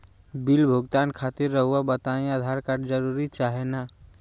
Bill भुगतान खातिर रहुआ बताइं आधार कार्ड जरूर चाहे ना?